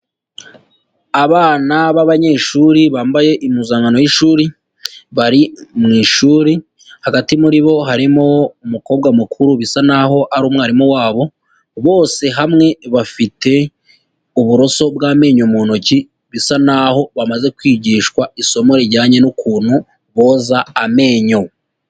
Abana b'abanyeshuri bambaye impuzankano y'ishuri, bari mu ishuri, hagati muri bo harimo umukobwa mukuru bisa naho ari umwarimu wabo, bose hamwe bafite uburoso bw'amenyo mu ntoki bisa naho bamaze kwigishwa isomo rijyanye n'ukuntu boza amenyo.